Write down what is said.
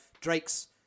Drake's